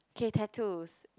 K tattoos